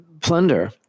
plunder